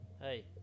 Hey